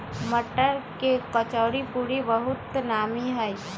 मट्टर के कचौरीपूरी बहुते नामि हइ